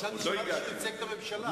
חשבתי שאמרת שהוא ייצג את הממשלה.